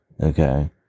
okay